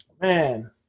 man